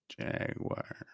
Jaguar